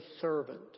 servant